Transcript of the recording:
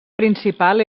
principal